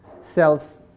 cells